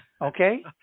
Okay